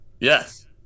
Yes